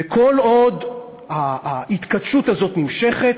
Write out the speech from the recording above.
וכל עוד ההתכתשות הזאת נמשכת,